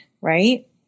right